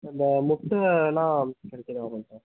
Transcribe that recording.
அந்த முட்டைலாம் தனி தனியாக எவ்ளோங்க சார்